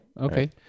Okay